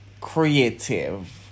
creative